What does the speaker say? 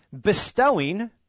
bestowing